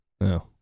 No